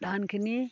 ধানখিনি